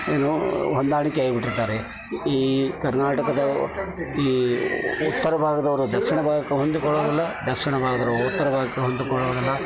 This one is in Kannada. ಏನು ಹೊಂದಾಣಿಕೆಯಾಗಿಬಿಟ್ಟಿರ್ತಾರೆ ಈ ಕರ್ನಾಟಕದ ಈ ಉತ್ತರ ಭಾಗದವರು ದಕ್ಷಿಣ ಭಾಗಕ್ಕೆ ಹೊಂದಿಕೊಳ್ಳೋದಿಲ್ಲ ದಕ್ಷಿಣ ಭಾಗದವರು ಉತ್ತರ ಭಾಗಕ್ಕೆ ಹೊಂದಿಕೊಳ್ಳೋದಿಲ್ಲ